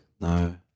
No